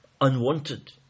unwanted